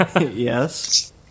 Yes